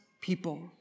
people